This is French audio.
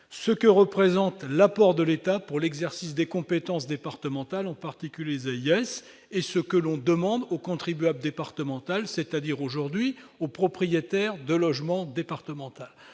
ce que représente l'apport de l'État pour l'exercice des compétences départementales, en particulier les AIS, et ce que l'on demande au contribuable départemental, c'est-à-dire le propriétaire de logement départemental.